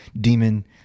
demon